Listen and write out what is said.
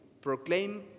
Proclaim